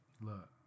look